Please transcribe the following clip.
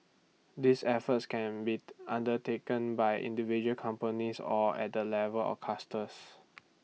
these efforts can be undertaken by individual companies or at the level of clusters